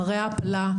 אחרי ההעפלה,